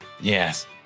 Yes